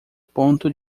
ponto